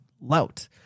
lout